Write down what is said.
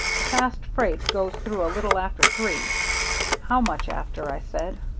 the fast freight goes through a little after three how much after i said.